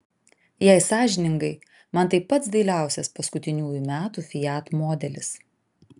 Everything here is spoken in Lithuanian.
jei sąžiningai man tai pats dailiausias paskutiniųjų metų fiat modelis